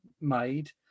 made